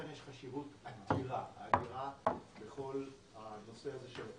יש חשיבות אדירה לטיפול של הוועדה בכל הנושא הזה.